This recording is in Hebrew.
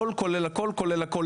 לא, ממש לא, הכל כולל הכלל כולל הכל.